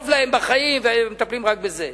טוב להם בחיים ומטפלים רק בזה.